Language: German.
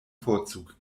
vorzug